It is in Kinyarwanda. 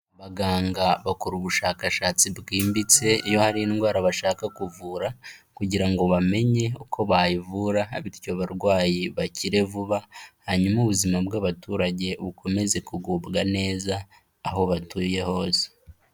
Abaganga bakora ubushakashatsi bwimbitse, iyo hari indwara bashaka kuvura kugira ngo bamenye uko bayivura bityo abarwayi bakire vuba, hanyuma ubuzima bw'abaturage bukomeze kugubwa neza, aho batuye hose.